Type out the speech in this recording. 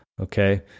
okay